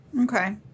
Okay